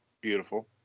Beautiful